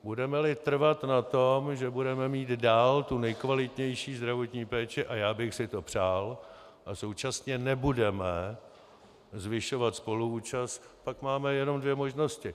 Budemeli trvat na tom, že budeme mít dál tu nejkvalitnější zdravotní péči, a já bych si to přál, a současně nebudeme zvyšovat spoluúčast, pak máme jenom dvě možnosti.